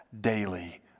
daily